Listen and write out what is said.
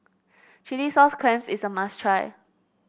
Chilli Sauce Clams is a must try